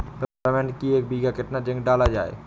Peppermint की एक बीघा कितना जिंक डाला जाए?